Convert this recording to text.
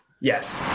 Yes